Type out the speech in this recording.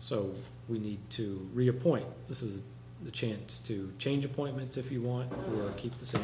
so we need to reappoint this is the chance to change appointments if you want to keep the